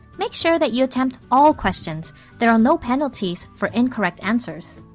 make sure that you attempt all questions there are no penalties for incorrect answers.